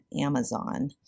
Amazon